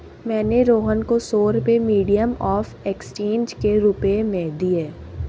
मैंने रोहन को सौ रुपए मीडियम ऑफ़ एक्सचेंज के रूप में दिए